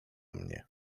mnie